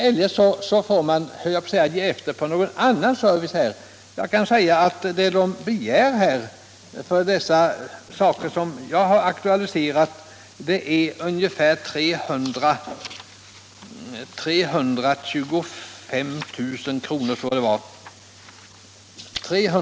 Eller också får kommunen ta pengar från någon annan service; och då blir det kaos på den fronten. I det fall jag har aktualiserat begär man 310 000 kr.